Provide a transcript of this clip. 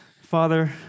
Father